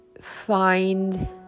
find